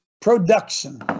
production